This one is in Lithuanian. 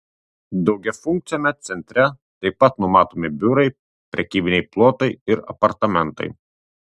daugiafunkciame centre taip pat numatomi biurai prekybiniai plotai ir apartamentai